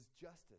justice